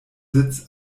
sitz